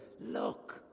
look